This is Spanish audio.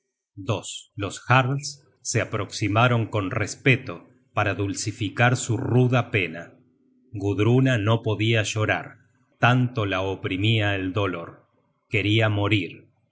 at los jarls se aproximaron con respeto para dulcificar su ruda pena gudruna no podia llorar tanto la oprimia el dolor queria morir